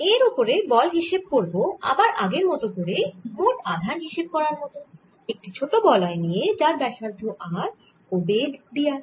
এর ওপরে বল হিসেব করব আবার আগের মত করেই মোট আধান হিসেব করার মত করে একটি ছোট বলয় নিয়ে যার ব্যাসার্ধ r ও বেধ d r